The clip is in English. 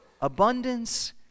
abundance